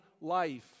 life